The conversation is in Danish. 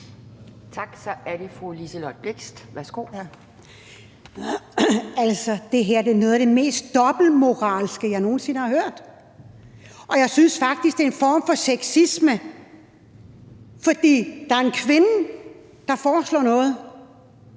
Værsgo. Kl. 15:25 Liselott Blixt (DF): Altså, det her er noget af det mest dobbeltmoralske, jeg nogen sinde har hørt, og jeg synes faktisk, det er en form for sexisme. For der er tale om, at en kvinde foreslår noget,